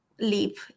leap